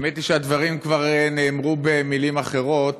האמת היא שהדברים כבר נאמרו במילים אחרות,